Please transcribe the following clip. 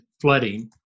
flooding